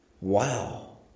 Wow